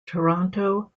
toronto